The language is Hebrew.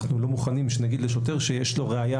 אנחנו לא מוכנים להגיד לשוטר שיש לו ראיה